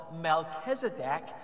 Melchizedek